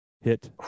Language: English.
hit